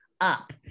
up